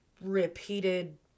repeated